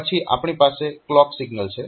પછી આપણી પાસે ક્લોક સિગ્નલ છે